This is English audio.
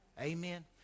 Amen